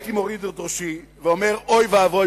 הייתי מוריד את ראשי ואומר: אוי ואבוי,